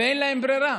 ואין להם ברירה.